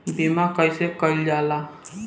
बीमा कइसे कइल जाला?